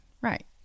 right